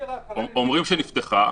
שאומרים שנפתחה